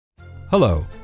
Hello